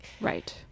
right